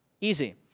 Easy